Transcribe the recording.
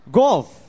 golf